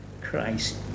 Christ